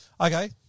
Okay